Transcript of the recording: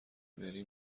بری